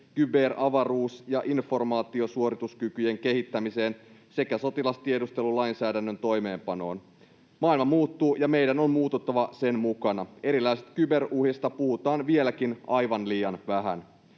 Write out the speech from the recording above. kyber-, avaruus- ja informaatiosuorituskykyjen kehittämiseen sekä sotilastiedustelulainsäädännön toimeenpanoon. Maailma muuttuu, ja meidän on muututtava sen mukana. Erilaisista kyberuhista puhutaan vieläkin aivan liian vähän.